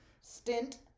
Stint